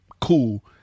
Cool